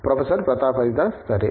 professor Pratap Haridas సరే